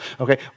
Okay